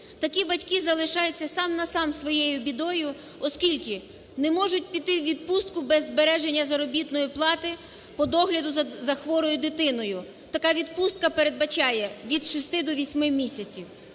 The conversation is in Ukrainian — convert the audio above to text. Такі батьки залишаються сам на сам із своєю бідою, оскільки не можуть піти у відпустку без збереження заробітної плати по догляду за хворою дитиною, така відпустка передбачає від шести до восьми місяців.